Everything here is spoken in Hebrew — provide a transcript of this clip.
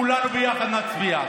כולנו ביחד נצביע.